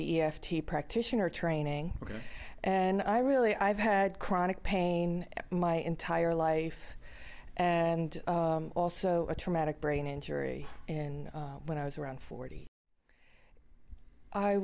the e f t practitioner training and i really i've had chronic pain my entire life and also a traumatic brain injury and when i was around forty i